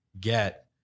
get